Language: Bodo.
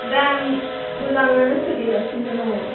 दा मोजाङानो सोलिगासिनो दङ